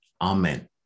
Amen